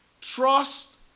Trust